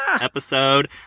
episode